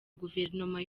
guverinoma